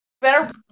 Better